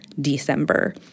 December